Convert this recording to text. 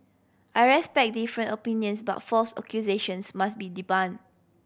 I respect different opinions but false accusations must be debunk